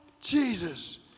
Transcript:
Jesus